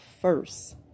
first